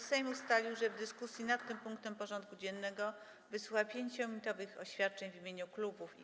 Sejm ustalił, że w dyskusji nad tym punktem porządku dziennego wysłucha 5-minutowych oświadczeń w imieniu klubów i koła.